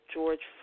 George